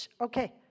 Okay